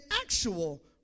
actual